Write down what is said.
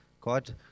God